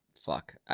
fuck